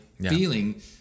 feeling